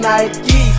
Nike